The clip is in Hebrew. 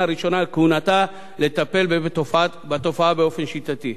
הראשונה לכהונתה לטפל בה באופן שיטתי.